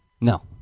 No